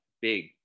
big